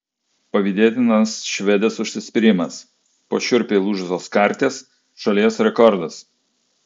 pavydėtinas švedės užsispyrimas po šiurpiai lūžusios karties šalies rekordas